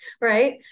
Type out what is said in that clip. right